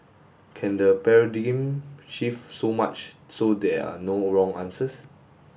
can the paradigm shift so much so there are no wrong answers